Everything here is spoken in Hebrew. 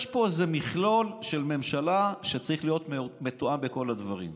יש פה איזה מכלול של ממשלה שצריך להיות מתואם בכל הדברים.